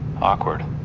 Awkward